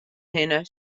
hinne